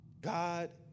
God